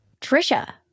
Trisha